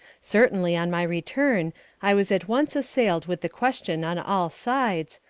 certainly on my return i was at once assailed with the question on all sides,